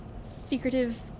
secretive